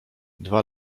dwa